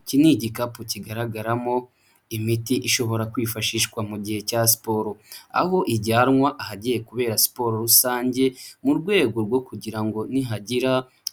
Iki ni igikapu kigaragaramo, imiti ishobora kwifashishwa mu gihe cya siporo. Aho ijyanwa ahagiye kubera siporo rusange, mu rwego rwo kugira ngo nihagira